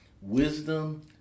wisdom